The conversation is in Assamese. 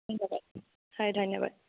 ধন্যবাদ হয় ধন্যবাদ